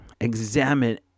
Examine